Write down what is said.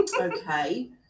Okay